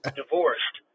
divorced